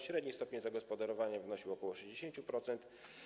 Średni stopień zagospodarowania wynosił ok. 60%.